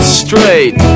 straight